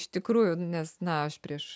iš tikrųjų nes na aš prieš